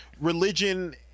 religion